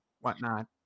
whatnot